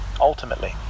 ultimately